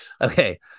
Okay